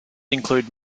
include